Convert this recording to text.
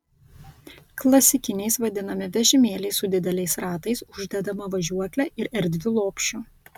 klasikiniais vadinami vežimėliai su dideliais ratais uždedama važiuokle ir erdviu lopšiu